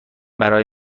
برای